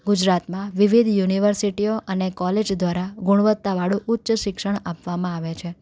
ગુજરાતમાં વિવિધ યુનિવર્સિટીઓ અને કોલેજ દ્વારા ગુણવત્તાવાળું ઉચ્ચ શિક્ષણ આપવામાં આવે છે